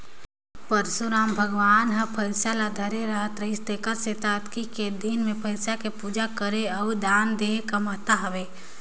परसुराम भगवान हर फइरसा ल धरे रहत रिहिस तेखर सेंथा अक्ती के दिन मे फइरसा के पूजा करे अउ दान देहे के महत्ता हवे